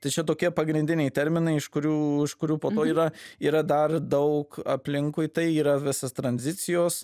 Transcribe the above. tai čia tokie pagrindiniai terminai iš kurių iš kurių po to yra yra dar daug aplinkui tai yra visas tranzicijos